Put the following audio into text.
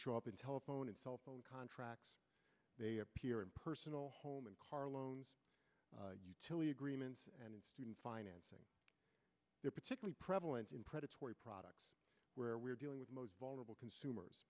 show up in telephone and cell phone contracts they appear in personal home and car loans utility agreements and student financing they're particularly prevalent in predatory products where we're dealing with most vulnerable consumers